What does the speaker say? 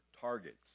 Target's